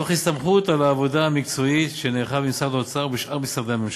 תוך הסתמכות על העבודה המקצועית שנערכה במשרד האוצר ובשאר משרדי הממשלה.